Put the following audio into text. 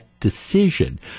decision